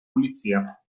pulizia